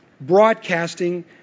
broadcasting